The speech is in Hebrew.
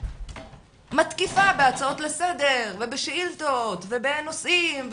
מתקיפה בהצעות לסדר ובשאילתות ובנושאים,